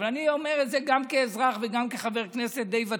אבל אני אומר את זה גם כאזרח וגם כחבר כנסת די ותיק.